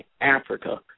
Africa